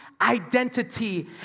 identity